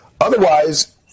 Otherwise